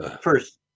first